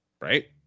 right